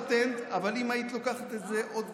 אבל אם היית לוקחת את זה עוד קצת לקצה,